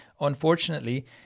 unfortunately